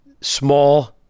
small